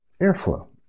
airflow